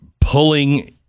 pulling